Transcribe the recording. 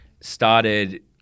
started